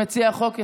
מציע החוק,